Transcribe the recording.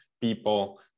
people